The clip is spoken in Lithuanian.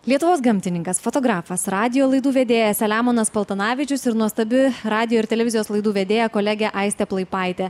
lietuvos gamtininkas fotografas radijo laidų vedėjas selemonas paltanavičius ir nuostabi radijo ir televizijos laidų vedėja kolegė aistė plaipaitė